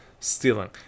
stealing